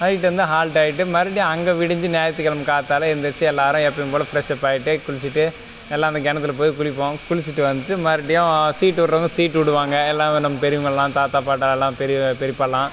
night வந்து halt ஆயிட்டு மறுபடியும் அங்கே விடிஞ்சு ஞாயித்துக்கிழம காத்தால எந்திரிச்சு எல்லாரும் எப்பையும் போல் ஃப்ரெஷ்ஷப் ஆயிவிட்டு குளிச்சிவிட்டு எல்லாம் வந்து கிணற்றுல போய் குளிப்போம் குளிச்சிவிட்டு வந்துவிட்டு மறுபடியும் சீட்டு விடுறவங்க சீட்டு விடுவாங்க எல்லாம் நம்ம பெரியவங்கெல்லாம் தாத்தா பாட்டா எல்லாம் பெரி பெரிப்பாலாம்